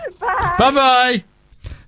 Bye-bye